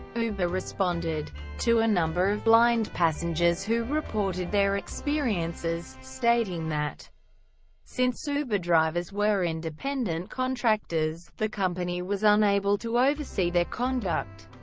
uber responded to a number of blind passengers who reported their experiences, stating that since uber drivers were independent contractors, the company was unable to oversee their conduct.